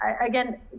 again